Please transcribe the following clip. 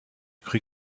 cru